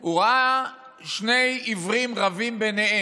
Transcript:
הוא ראה שני עברים רבים ביניהם.